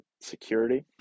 security